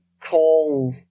call